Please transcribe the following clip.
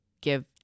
give